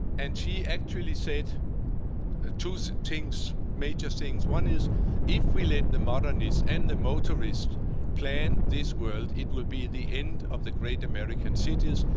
and she actually said ah two so major things. one is if we let the modernists end the motorists plan this world, it will be the end of the great american cities.